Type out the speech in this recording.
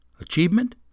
Achievement